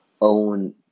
own